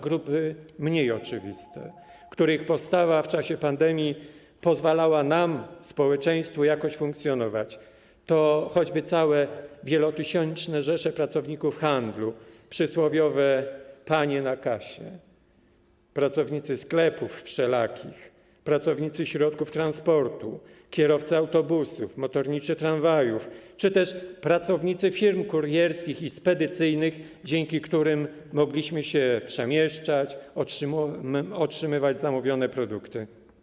Grupy mniej oczywiste, których postawa w czasie pandemii pozwalała nam, społeczeństwu, jakoś funkcjonować, to choćby całe wielotysięczne rzesze pracowników handlu, panie na kasie, pracownicy sklepów wszelakich, pracownicy środków transportu, kierowcy autobusów, motorniczy tramwajów czy też pracownicy firm kurierskich i spedycyjnych, dzięki którym mogliśmy się przemieszczać, otrzymywać zamówione produkty.